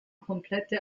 komplette